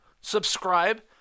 subscribe